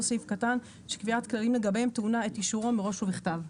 סעיף קטן שקביעת כללים לגביהם טעונה את אישורו מראש ובכתב.""